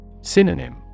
Synonym